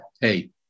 hey